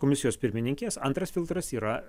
komisijos pirmininkės antras filtras yra